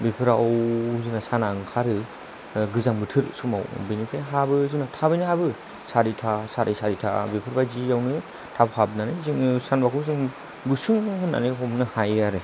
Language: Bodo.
बेफोराव जोंना साना ओंखारो गोजां बोथोर समाव बिनिफ्राय हाबो जोंना थाबैनो हाबो सारिथा साराय सारिथा बेफोर बायदियावनो थाब हाबनानै जोंङो सानबा जोङो गुसुं होननानै हमनो हायो आरो